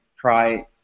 try